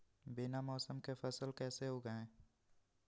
बिना मौसम के फसल कैसे उगाएं?